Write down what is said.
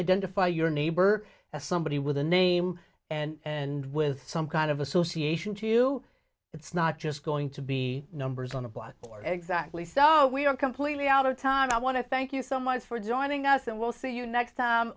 identify your neighbor as somebody with a name and and with some kind of association to you it's not just going to be numbers on a blackboard exactly so we are completely out of time i want to thank you so much for joining us and we'll see you next time